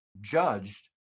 judged